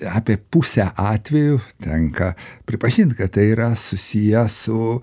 apie pusę atvejų tenka pripažint kad tai yra susiję su